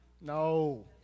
No